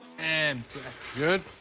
and good?